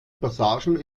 passagen